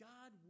God